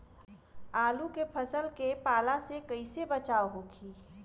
आलू के फसल के पाला से कइसे बचाव होखि?